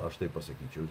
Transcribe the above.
aš taip pasakyčiau